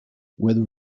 whether